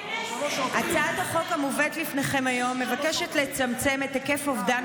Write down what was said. הצעת החוק המובאת לפניכם היום מבקשת לצמצם את היקף אובדן